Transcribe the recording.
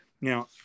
Now